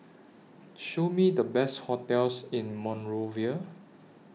Show Me The Best hotels in Monrovia